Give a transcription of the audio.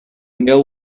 meal